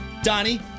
Donnie